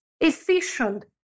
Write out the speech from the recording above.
efficient